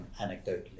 anecdotally